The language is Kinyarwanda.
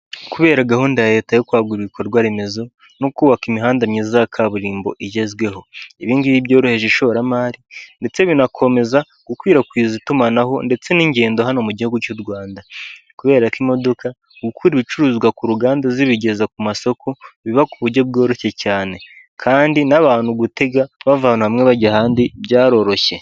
Kubera gahunda ya leta yo kwagura ibikorwaremezo no kubaka imihanda myiza ya kaburimbo igezweho, ibi ngibi byoroheje ishoramari ndetse binakomeza gukwirakwiza itumanaho ndetse n'ingendo hano mu gihugu cy'u Rwanda, kubera ko imodoka gukura ibicuruzwa ku ruganda zibigeza ku masoko, biba ku buryo bworoshye cyane kandi n'abantu gutega bava ahantu hamwe bajya ahandi byaroroshye.